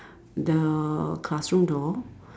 the classroom door